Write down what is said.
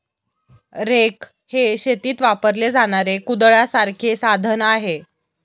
rake हे शेतीत वापरले जाणारे कुदळासारखे साधन आहे